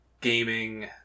gaming